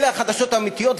אלה החדשות האמיתיות,